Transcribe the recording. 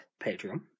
Patreon